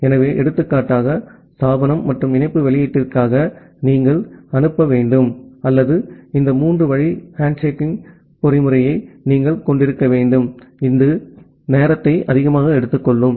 எனவே எடுத்துக்காட்டாக இணைப்பு ஸ்தாபனம் மற்றும் இணைப்பு வெளியீட்டிற்காக நீங்கள் அனுப்ப வேண்டும் அல்லது இந்த மூன்று வழி ஹேண்ட்ஷேக்கிங் பொறிமுறையை நீங்கள் கொண்டிருக்க வேண்டும் இது நேரத்தை எடுத்துக்கொள்ளும்